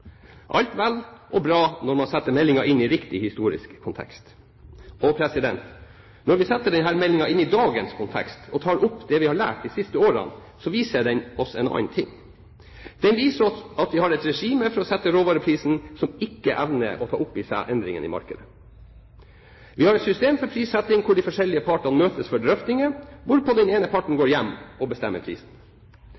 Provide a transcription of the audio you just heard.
Alt er vel og bra når man setter meldingen inn i riktig historisk kontekst. Når vi setter denne meldingen inn i dagens kontekst og tar opp det vi har lært de siste årene, viser den oss en annen ting. Den viser oss at vi har et regime for å sette råvareprisen som ikke evner å ta opp i seg endringer i markedet. Vi har et system for prissetting hvor de forskjellige partene møtes for drøftinger, hvorpå den ene parten